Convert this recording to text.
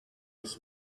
his